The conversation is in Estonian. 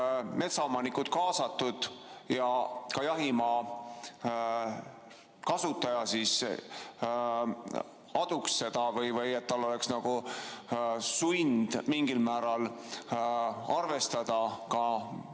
metsaomanikud kaasatud ja ka jahimaa kasutaja aduks seda või et tal oleks nagu sund mingil määral arvestada ka